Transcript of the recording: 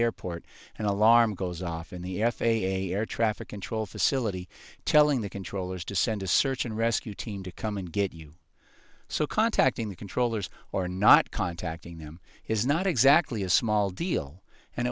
airport and alarm goes off in the f a a air traffic control facility telling the controllers to send a search and rescue team to come and get you so contacting the controllers or not contacting them is not exactly a small deal and